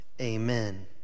amen